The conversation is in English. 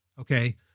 Okay